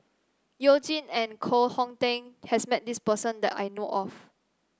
You Jin and Koh Hong Teng has met this person that I know of